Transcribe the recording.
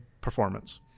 performance